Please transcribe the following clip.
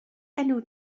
enw